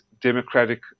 Democratic